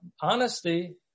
honesty